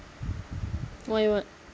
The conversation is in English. why what